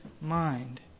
mind